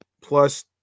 plus